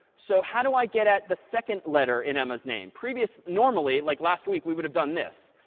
so how do i get at the second letter in emma's name? previous normally, like last week, we would have done this.